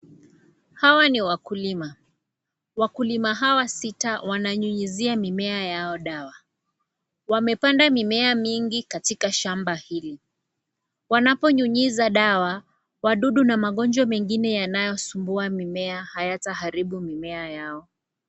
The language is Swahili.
Hawa ni wakulima. Wakulima hawa sita wananyunyuzia mimea yao dawa. Wamepanda mimea mingi katika shamba hili. Wanaponyunyiza dawa wadudu na magonjwa mengine yanayosumbua mimea hayataharibu mimea yao.